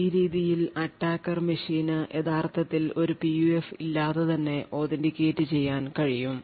ഈ രീതിയിൽ attacker മെഷീന് യഥാർത്ഥത്തിൽ ഒരു PUF ഇല്ലാതെ തന്നെ authentication ചെയ്യാൻ കഴിയും